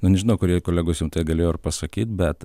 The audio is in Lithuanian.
na nežinau kurie kolegos rimtai galėjo ir pasakyt bet